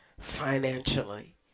financially